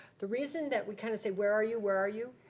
the reason that we kinda say where are you, where are you.